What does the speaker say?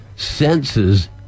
senses